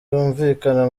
yumvikana